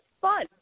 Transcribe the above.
fun